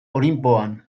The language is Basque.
olinpoan